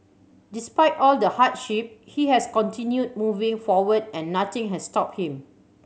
despite all the hardship he has continued moving forward and nothing has stopped him